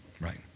right